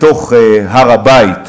בתוך הר-הבית.